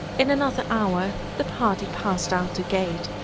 in another hour the party passed out the gate,